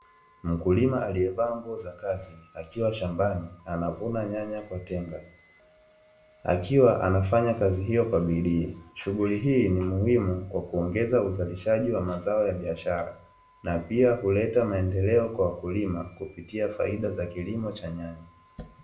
Mkulima aliyevaa nguo za kazi akiwa shambani anavuna nyanya kwa tenga akiwa anafanya kazi hiyo kwa bidii, shughuli hii ni muhimu kwa kuongeza uzalishaji wa mazao ya biashara na pia huleta maendeleo kwa wakulima kupitia faida za kilimo cha nyanya.